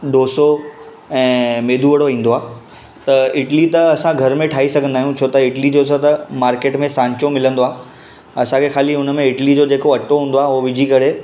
डोसो ऐं मेदू वड़ो ईंदो आहे त इडली त असां घर में ठाहे सघंदा आहियूं छो त इडली डोसा त मार्केट में सांचो मिलंदो आहे असांखे ख़ाली उन में इडली जो जेको अटो हूंदो आहे हू विझी करे